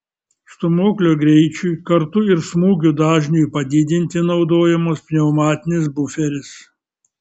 stūmoklio greičiui kartu ir smūgių dažniui padidinti naudojamas pneumatinis buferis